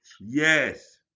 yes